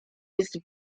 jest